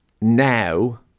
now